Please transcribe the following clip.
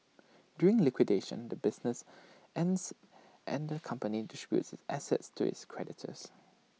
during liquidation the business ends and the company distributes its assets to its creditors